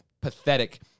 pathetic